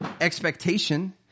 expectation